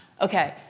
Okay